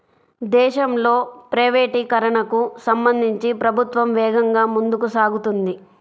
దేశంలో ప్రైవేటీకరణకు సంబంధించి ప్రభుత్వం వేగంగా ముందుకు సాగుతోంది